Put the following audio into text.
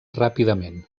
ràpidament